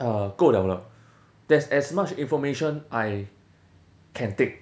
uh 够了了 that's as much information I can take